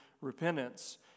repentance